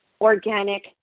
organic